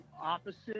opposite